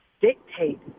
dictate